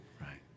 right